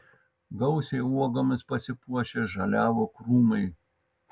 gausiai uogomis pasipuošę žaliavo krūmai